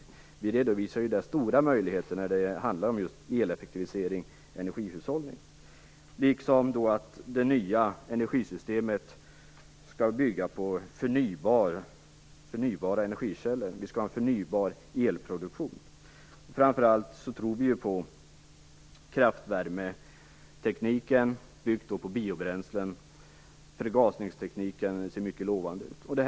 Där redovisas stora möjligheter för eleffektivisering och energihushållning, liksom att det nya energisystemet skall bygga på förnybara energikällor och att vi skall ha en förnybar elproduktion. Framför allt tror vi på kraftvärmetekniken byggd på biobränslen och på förgasningstekniken, som ser mycket lovande ut.